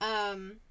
Um-